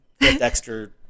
Dexter